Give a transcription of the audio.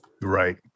Right